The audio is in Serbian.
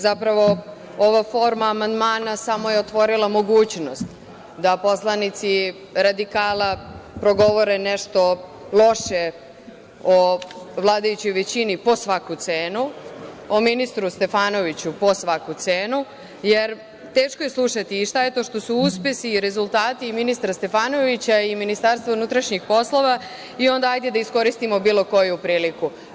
Zapravo, ova forma amandmana samo je otvorila mogućnost da poslanici radikala progovore nešto loše o vladajućoj većini po svaku cenu, o ministru Stefanoviću po svaku cenu, jer teško je slušati i šta je to što su uspesi i rezultati ministra Stefanovića i MUP i onda ajde da iskoristimo bilo koju priliku.